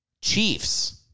Chiefs